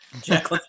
Jack